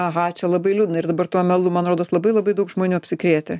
aha čia labai liūdna ir dabar tuo melu man rodos labai labai daug žmonių apsikrėtę